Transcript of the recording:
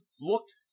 looked